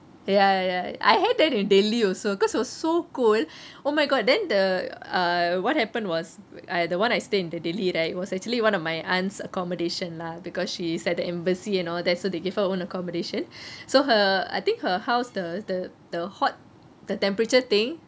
ya ya I had that in delhi also because it was so cool oh my god then the uh what happened was I the one I stay in the delhi right it was actually one of my auntie's accommodation lah because she's at the embassy and all that so they gave her own accommodation so her I think her house the the the hot the temperature thing